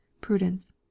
Prudence